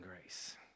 grace